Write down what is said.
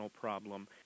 problem